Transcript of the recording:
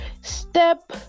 Step